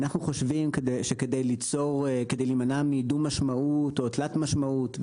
אנחנו חושבים שכדי להימנע מדו-משמעות או מתלת-משמעות,